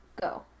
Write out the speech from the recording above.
go